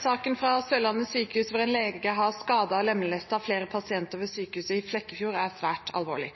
«Saken fra Sørlandet sykehus hvor en lege har skadet og lemlestet flere pasienter ved sykehuset i Flekkefjord, er svært alvorlig.